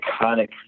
iconic